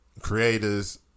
creators